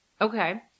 Okay